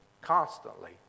Constantly